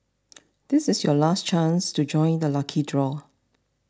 this is your last chance to join the lucky draw